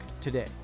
today